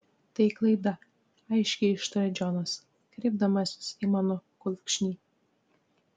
tai klaida aiškiai ištaria džonas kreipdamasis į mano kulkšnį